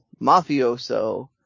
Mafioso